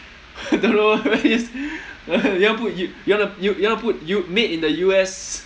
I don't know but it's you want put you want to you you want to put U made in the U_S